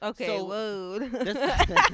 Okay